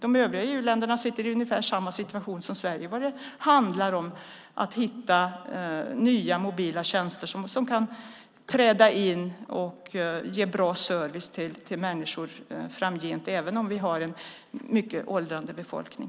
De övriga EU-länderna sitter i ungefär samma situation som Sverige när det handlar om att hitta nya, mobila tjänster som kan träda in och ge bra service till människor framgent, även om vi har en starkt åldrande befolkning.